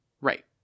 Right